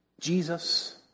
Jesus